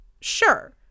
Sure